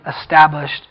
established